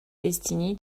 destiny